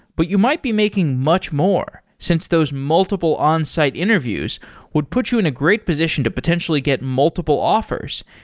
but you might be making much more since those multiple onsite interviews would put you in a great position to potentially get multiple offers,